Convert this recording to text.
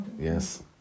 yes